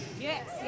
Yes